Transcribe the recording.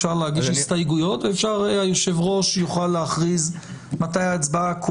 אפשר להגיש הסתייגויות והיושב-ראש יוכל להכריז מתי ההצבעה,